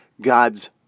God's